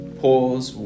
pause